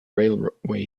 railway